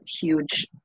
huge